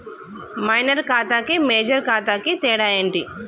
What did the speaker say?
Minor ఖాతా కి major ఖాతా కి తేడా ఏంటి?